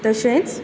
तशेंच